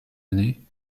année